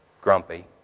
grumpy